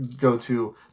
go-to